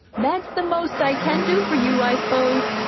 that's the most i can do for you, i s'pose,